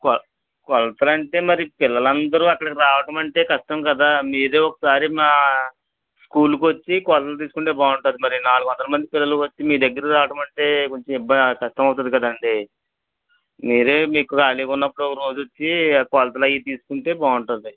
కొ కొలతలంటే మరి పిల్లలు అందరూ అక్కడికి రావడం అంటే కష్టం కదా మీరే ఒకసారి మా స్కూల్కి వచ్చి కొలతలు తీసుకుంటే బాగుంటుంది మరి నాలుగు వందల మంది పిల్లలు వచ్చి మీ దగ్గరకి రావడం అంటే కొంచెం ఇబ్బ కష్టం అవుతుంది కదండి మీరే మీకు ఖాళీగా ఉన్నప్పుడు ఒకరోజు వచ్చి కొలతలు అవి తీసుకుంటే బాగుంటుంది